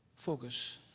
focus